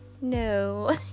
no